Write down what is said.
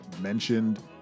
mentioned